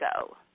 go